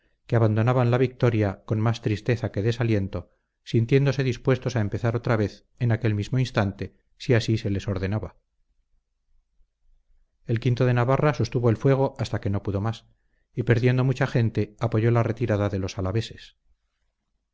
que abandonaban la victoria con más tristeza que desaliento sintiéndose dispuestos a empezar otra vez en aquel mismo instante si así se les ordenaba el o de navarra sostuvo el fuego hasta que no pudo más y perdiendo mucha gente apoyó la retirada de los